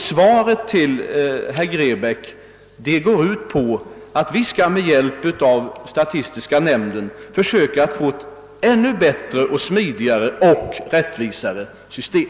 Svaret till herr Grebäck går ut på att vi med hjälp av statistiska nämnden skall försöka åstadkomma ett ännu bättre, smidigare och rättvisare system.